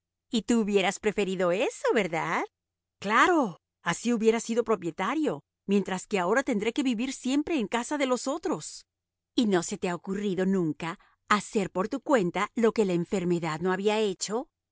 y tú hubieras preferido eso verdad claro así hubiera sido propietario mientras que ahora tendré que vivir siempre en casa de los otros y no se te ha ocurrido nunca hacer por tu cuenta lo que la enfermedad no había hecho